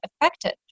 affected